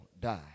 die